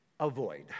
Avoid